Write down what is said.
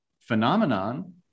phenomenon